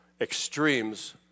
extremes